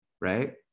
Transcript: Right